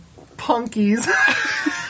Punkies